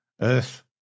Earth